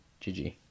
GG